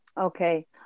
Okay